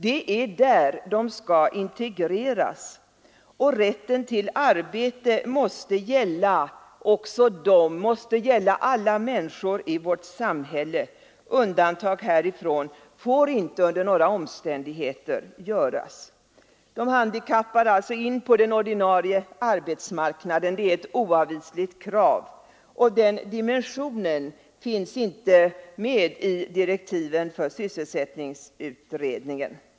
Det är där de skall integreras. Rätten till arbete måste gälla alla människor i vårt samhälle och även dem. Undantag härifrån får inte under några omständigheter göras. Att de handikappade skall in på den ordinarie arbetsmarknaden är alltså ett oavvisligt krav. Den dimensionen finns dock inte med i direktiven för sysselsättningsutredningen.